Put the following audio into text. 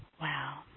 Wow